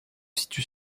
situe